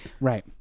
Right